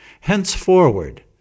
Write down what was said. Henceforward